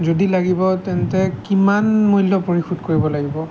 যদি লাগিব তেন্তে কিমান মূল্য পৰিশোধ কৰিব লাগিব